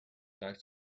back